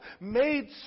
made